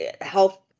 health